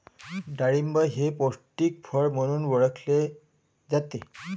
डाळिंब हे पौष्टिक फळ म्हणून ओळखले जाते